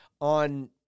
on